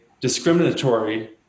discriminatory